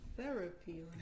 Therapy